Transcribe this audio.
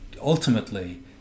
ultimately